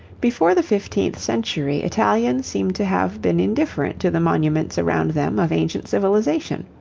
before the fifteenth century, italians seem to have been indifferent to the monuments around them of ancient civilization.